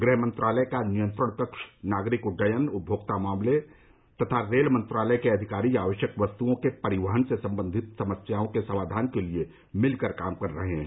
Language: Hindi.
गृह मंत्रालय का नियंत्रण कक्ष नागरिक उड्डयन उपभोक्ता मामले तथा रेल मंत्रालय के अधिकारी आवश्यक वस्तुओं के परिवहन र्स संबंधित समस्याओं के समाधान के लिए मिलकर काम कर रहे हैं